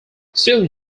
soon